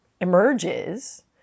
emerges